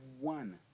one